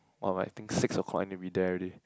oh I think six o-clock I need to be there already